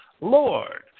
Lord